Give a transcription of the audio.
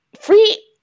free